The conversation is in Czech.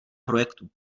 projektu